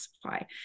supply